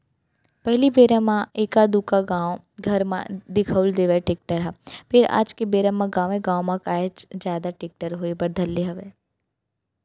पहिली बेरा म एका दूका गाँव घर म दिखउल देवय टेक्टर ह फेर आज के बेरा म गाँवे गाँव म काहेच जादा टेक्टर होय बर धर ले हवय